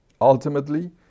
Ultimately